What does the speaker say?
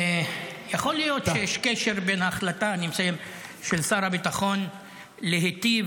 יכול להיות שיש קשר בין ההחלטה של שר הביטחון להיטיב